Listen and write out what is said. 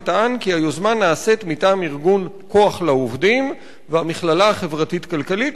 וטען כי היוזמה נעשית מטעם ארגון "כוח לעובדים" והמכללה החברתית-כלכלית,